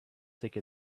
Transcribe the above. take